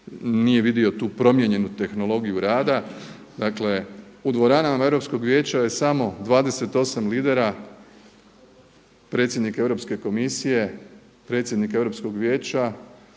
nije vidio tu promijenjenu tehnologiju rada. Dakle u dvoranama Europskog vijeća je samo 28. lidera predsjednik Europske komisije, predsjednik Europskog vijeća,